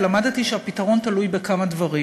ולמדתי שהפתרון תלוי בכמה דברים.